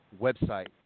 website